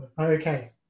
Okay